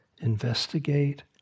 investigate